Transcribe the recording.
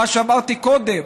מה שאמרתי קודם,